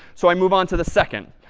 so i move on to the second.